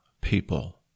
people